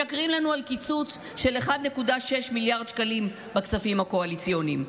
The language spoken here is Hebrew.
משקרים לנו על קיצוץ של 1.6 מיליארד שקלים בכספים הקואליציוניים,